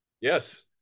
Yes